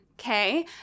Okay